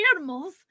animals